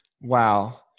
Wow